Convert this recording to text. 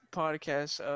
podcast